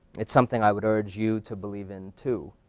it's something i would urge you to believe in, too.